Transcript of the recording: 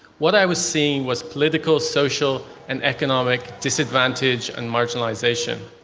what i was seeing was political, social and economic disadvantage and marginalisation.